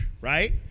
right